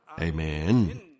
Amen